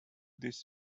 this